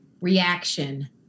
reaction